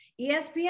ESPN